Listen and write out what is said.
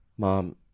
Mom